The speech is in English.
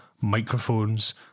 microphones